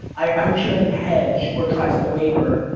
i hope she doesn't hedge or tries to waiver,